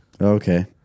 Okay